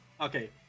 Okay